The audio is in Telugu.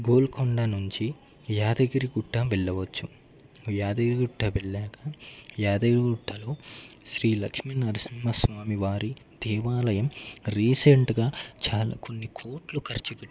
గోల్కొండ నుంచి యాదగిరిగుట్ట వెళ్లవచ్చు యాదగిరిగుట్ట వెళ్ళాక యాదగిరిగుట్టలో శ్రీ లక్ష్మీనరసింహస్వామి వారి దేవాలయం రీసెంట్గా చాలా కొన్ని కోట్లు ఖర్చుపెట్టి